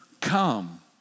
come